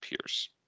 pierce